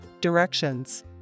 directions